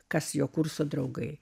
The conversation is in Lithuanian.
kas jo kurso draugai